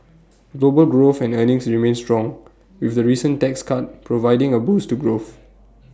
global growth and earnings remain strong with the recent tax cuts providing A boost to growth